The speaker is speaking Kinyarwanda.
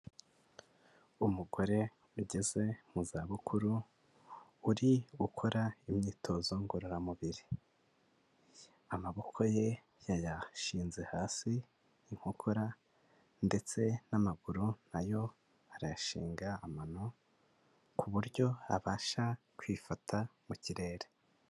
Umugore ugeze mu zabukuru uri gukora imyitozo ngororamubiri, amaboko ye yayashinze hasi, inkokora ndetse n'amaguru na yo arayashinga amano, ku buryo abasha kwifata mu kirere.